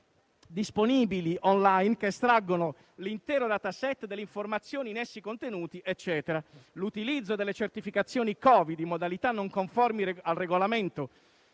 disponibili *on-line* che estraggono l'intero *dataset* delle informazioni in essi contenuti, l'utilizzo delle certificazioni Covid in modalità non conformi ai regolamenti